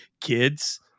Kids